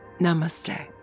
Namaste